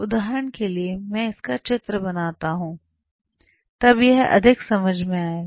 उदाहरण के लिए मैं इसका चित्र बनता हूँ तब यह अधिक समझ में आएगा